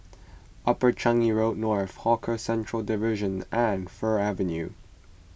Upper Changi Road North Hawker Centre Division and Fir Avenue